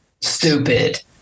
Stupid